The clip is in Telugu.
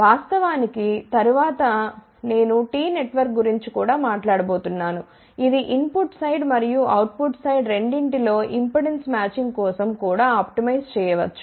వాస్తవానికి తరువాత నేను టి నెట్వర్క్ గురించి కూడా మాట్లాడబోతున్నాను ఇది ఇన్ పుట్ సైడ్ మరియు అవుట్ పుట్ సైడ్ రెండింటి లో ఇంపెడెన్స్ మ్యాచింగ్ కోసం కూడా ఆప్టిమైజ్ చేయ వచ్చు